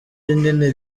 rinini